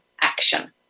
action